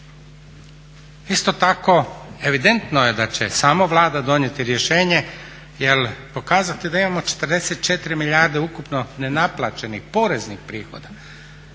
Isto tako evidentno je da će samo Vlada donijeti rješenje jer pokazati da imamo 44 milijarde ukupno nenaplaćenih poreznih prihoda